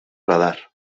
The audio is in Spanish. radar